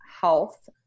health